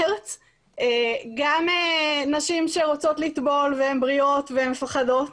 גם נשים שרוצות לטבול והן בריאות ומפחדות,